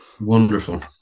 Wonderful